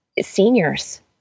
seniors